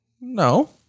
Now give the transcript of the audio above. No